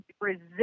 resist